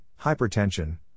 hypertension